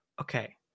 Okay